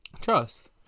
Trust